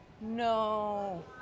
No